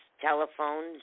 telephones